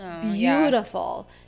beautiful